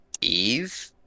Eve